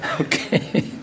okay